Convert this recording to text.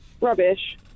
Rubbish